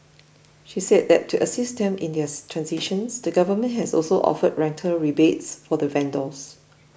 she said that to assist them in theirs transition the government has also offered rental rebates for the vendors